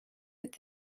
with